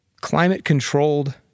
climate-controlled